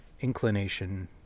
inclination